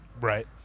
right